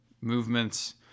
movements